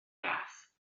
gath